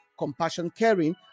CompassionCaring